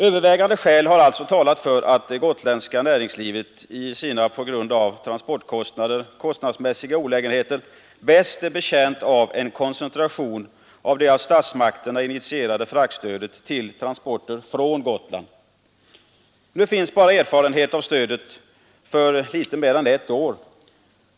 Övervägande skäl har alltså talat för att det gotländska näringslivet i sina på grund av transportkostnader kostnadsmässiga olägenheter mest är betjänt av en koncentration av det av statsmakterna initierade stödet till transporter från Gotland. Det finns erfarenhet av stödet från litet mer än ett års tid.